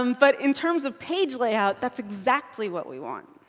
um but in terms of page layout, that's exactly what we want.